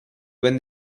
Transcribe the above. when